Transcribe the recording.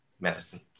medicine